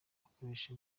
akoresha